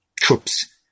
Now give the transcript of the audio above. troops